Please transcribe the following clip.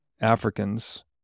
Africans